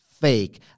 fake